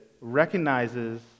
recognizes